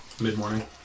mid-morning